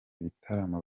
bitaramo